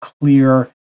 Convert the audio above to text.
clear